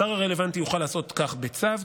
השר הרלוונטי יוכל לעשות כך בצו,